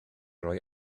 rhoi